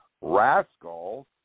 Rascals